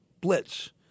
blitz